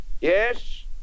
Yes